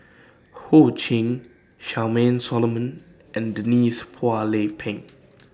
Ho Ching Charmaine Solomon and Denise Phua Lay Peng